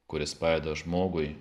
kuris padeda žmogui